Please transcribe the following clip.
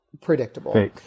predictable